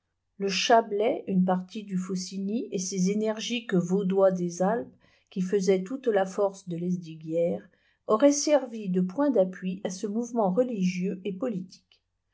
google chablais une partie du faucig ny et ces énergiques vaudois des alpes qui faisaient toute la force de lesdiguières auraient servi de point d'appui à ce mouvement religieux et politique